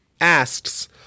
asks